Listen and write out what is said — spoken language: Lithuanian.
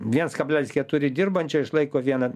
viens kablelis keturi dirbančio išlaiko vieną